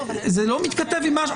זה לא מתכתב עם מה שכתבתם.